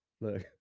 Look